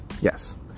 Yes